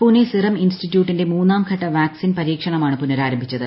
Pune serum ഇൻസ്റ്റിറ്റ്യൂട്ടിന്റെ മൂന്നാം ഘട്ട വാക്സിൻ പരീക്ഷണമാണ് പുനഃരാരംഭിച്ചത്